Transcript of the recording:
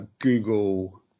Google